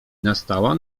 nastała